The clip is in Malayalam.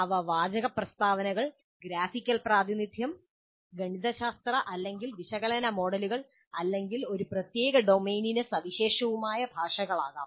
അവ വാചക പ്രസ്താവനകൾ ഗ്രാഫിക്കൽ പ്രാതിനിധ്യം ഗണിതശാസ്ത്ര അല്ലെങ്കിൽ വിശകലന മോഡലുകൾ അല്ലെങ്കിൽ ഒരു പ്രത്യേക ഡൊമെയ്നിന് സവിശേഷവുമായ ഭാഷകൾ ആകാം